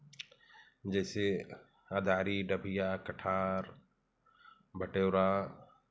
जैसे ह्दारी डबिया कठार बटेवरा